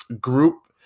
group